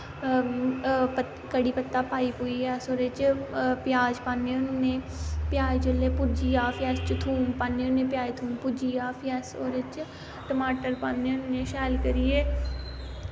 कढी पत्ता पाई पुईयै अस ओह्दे च प्याज पान्ने होने प्याज जिसलै भुज्जी जा फ्ही अस ओह्दे च थूंम पान्ने होन्ने प्याज थूंम पुज्जी जा फ्ही अस ओह्दे च टमाटर पान्ने होन्ने शैल करिये